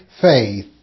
faith